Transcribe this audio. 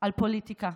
על פוליטיקה.